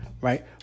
Right